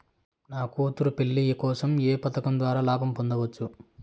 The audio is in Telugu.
నా కూతురు పెళ్లి కోసం ఏ పథకం ద్వారా లాభం పొందవచ్చు?